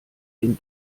den